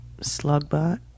Slugbot